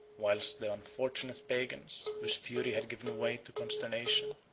whilst the unfortunate pagans, whose fury had given way to consternation,